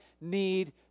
need